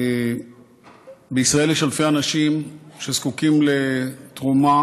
בישראל יש אלפי אנשים שזקוקים לתרומה